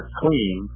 clean